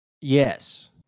Yes